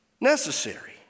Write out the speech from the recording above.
necessary